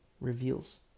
reveals